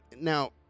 Now